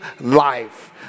life